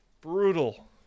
brutal